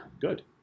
Good